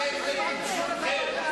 אתה מפחד,